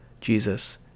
Jesus